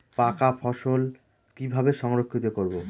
পাকা ফসল কিভাবে সংরক্ষিত করব?